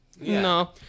No